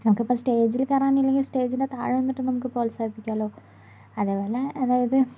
നമുക്കിപ്പം സ്റ്റേജിൽ കയറാനില്ലെങ്കിലും സ്റ്റേജിൻ്റെ താഴെ നിന്നിട്ട് നമുക്ക് പ്രോത്സാഹിപ്പിക്കാമലോ അതേപോലെ അതായത്